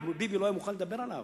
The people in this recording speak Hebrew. וביבי לא היה מוכן לדבר עליו,